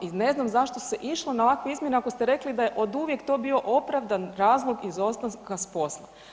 I ne znam zašto se išlo na ovakve izmjene ako ste rekli da je to uvijek bio opravdan razlog izostanka s posla.